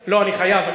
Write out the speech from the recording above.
לא חייב.